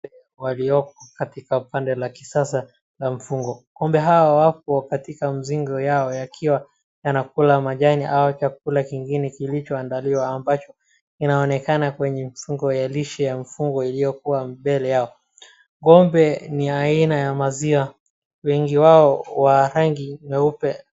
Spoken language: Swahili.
Ng'ombe walioko katika banda la kisasa la mfugo, ng'ombe hawa wako katika mzinga yao wakiwa yanakula majani au chakula kingine kilichoandaliwa ambacho inaonekana kwenye mfugo yalishi ya mfugo yaliokuwa mbele yao, ng'ombe ni aina ya maziwa wengi wao wa rangi nyeupe.